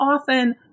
often